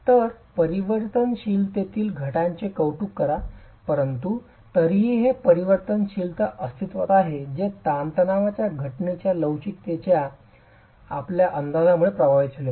तर परिवर्तनशीलतेतील घटाचे कौतुक करा परंतु तरीही हे परिवर्तनशीलता अस्तित्त्वात आहे जे ताणतणावाच्या घटनेच्या लवचिकतेच्या आपल्या अंदाजामुळे प्रभावित होईल